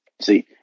See